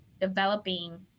developing